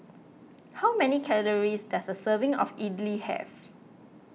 how many calories does a serving of Idly have